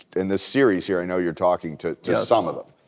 in this series here, i know you're talking to some of them.